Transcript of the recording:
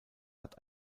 hat